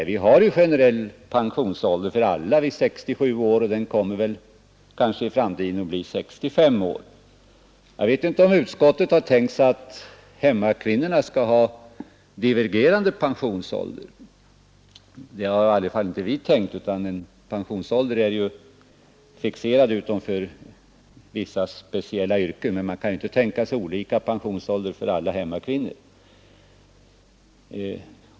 Vi har ju generell pension för alla vid 67 år och den pensionen kommer väl kanske i framtiden att utgå vid 65 års ålder. Jag vet inte om utskottet har tänkt sig att hemmakvinnorna skall ha divergerande pensionsålder. Det har i varje fall inte vi tänkt oss. Pensionsåldern är fixerad utom för vissa, speciella yrken. Man kan inte tänka sig olika pensionsålder för hemmaarbetande kvinnor.